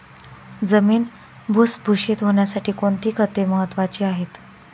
जमीन भुसभुशीत होण्यासाठी कोणती खते महत्वाची आहेत?